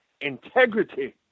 integrity